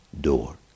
door